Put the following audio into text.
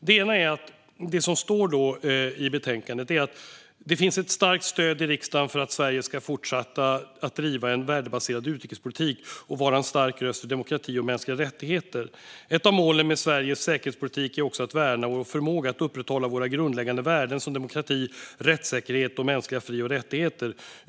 Det ena är det som står i betänkandet: "Det finns ett starkt stöd i riksdagen för att Sverige ska fortsätta att driva en värdebaserad utrikespolitik och vara en stark röst för demokrati och mänskliga rättigheter. Ett av målen med Sveriges säkerhetspolitik är också att värna vår förmåga att upprätthålla våra grundläggande värden som demokrati, rättssäkerhet och mänskliga fri och rättigheter.